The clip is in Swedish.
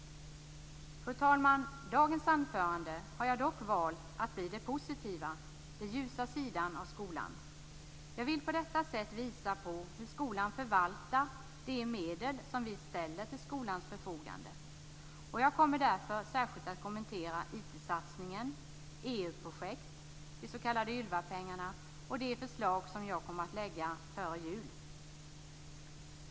Fru talman! I dagens anförande har jag dock valt att ta upp det positiva, den ljusa sidan av skolan. Jag vill på detta sätt visa hur skolan förvaltar de medel som vi ställer till skolans förfogande. Jag kommer därför särskilt att kommentera IT-satsningen, EU projekt, de s.k. Ylvapengarna och de förslag som jag kommer att lägga fram före jul.